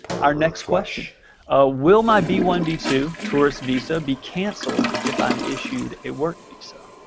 our next question ah will my b one b two tourist visa be cancelled if i'm issued a work visa?